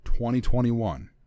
2021